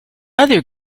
other